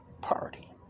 Party